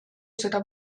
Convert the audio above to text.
seda